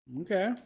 Okay